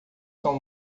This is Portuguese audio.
são